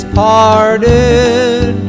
parted